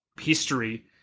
history